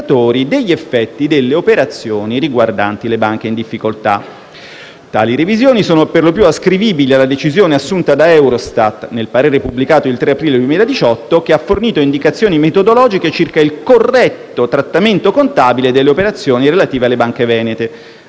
degli effetti delle operazioni riguardanti le banche in difficoltà. Tali revisioni sono per lo più ascrivibili alla decisione assunta da Eurostat nel parere pubblicato il 3 aprile 2018, che ha fornito indicazioni metodologiche circa il corretto trattamento contabile delle operazioni relative alle banche venete,